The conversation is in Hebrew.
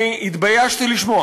אני התביישתי לשמוע